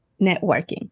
networking